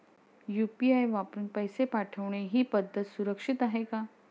UPI वापरून पैसे पाठवणे ही पद्धत सुरक्षित आहे का?